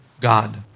God